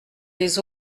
les